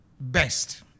best